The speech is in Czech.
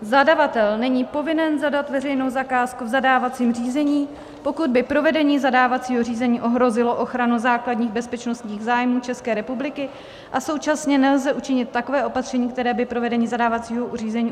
Zadavatel není povinen zadat veřejnou zakázku v zadávacím řízení, pokud by provedení zadávacího řízení ohrozilo ochranu základních bezpečnostních zájmů České republiky a současně nelze učinit takové opatření, které by provedení zadávacího řízení umožňovalo.